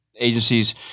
agencies